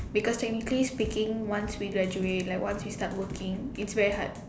because technically speaking once graduate like once we start working it's very hard